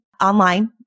Online